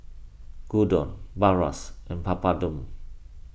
Gyudon Bratwurst and Papadum